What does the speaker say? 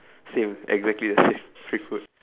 same exactly the same free food